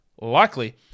likely